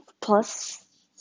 plus